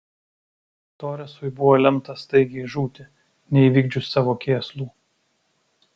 toresui buvo lemta staigiai žūti neįvykdžius savo kėslų